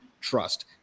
trust